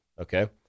Okay